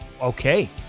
Okay